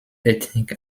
ethnic